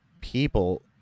people